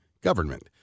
government